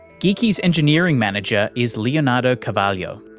geekie's engineering manager is leonardo carvalho.